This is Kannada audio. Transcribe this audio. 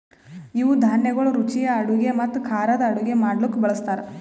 ಇವು ಧಾನ್ಯಗೊಳ್ ರುಚಿಯ ಅಡುಗೆ ಮತ್ತ ಖಾರದ್ ಅಡುಗೆ ಮಾಡ್ಲುಕ್ ಬಳ್ಸತಾರ್